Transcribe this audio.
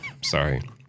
Sorry